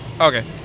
Okay